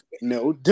No